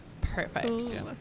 Perfect